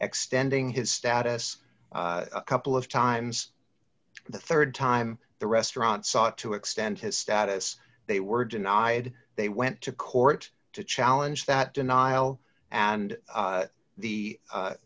extending his status a couple of times the rd time the restaurant sought to extend his status they were denied they went to court to challenge that denial and the